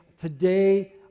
today